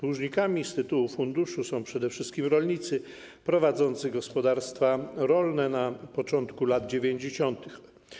Dłużnikami z tytułu funduszu są przede wszystkim rolnicy prowadzący gospodarstwa rolne na początku lat 90.